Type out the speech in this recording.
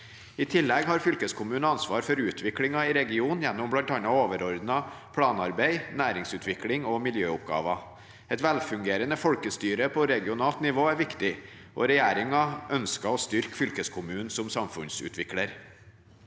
I tillegg har fylkeskommunene ansvar for utviklingen i regionen gjennom bl.a. overordnet planarbeid, næringsutvikling og miljøoppgaver. Et velfungerende folkestyre på regionalt nivå er viktig, og regjeringen ønsker å styrke fylkeskommunen som samfunnsutvikler.